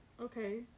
okay